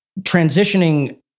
Transitioning